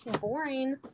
boring